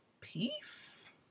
peace